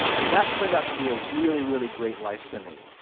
and that turned out to be a really, really great life for me.